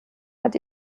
hat